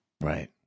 Right